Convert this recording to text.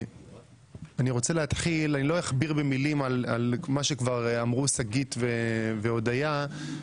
לא אכביר במילים על מה שכבר אמרו שגית אפיק והודיה קין.